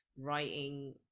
writing